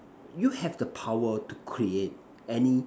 you have the power to create any